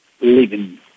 living